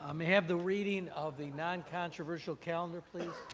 um have the reading of the non-controversial calendar, please.